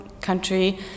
country